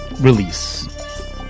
release